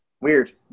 weird